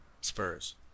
Spurs